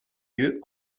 lieues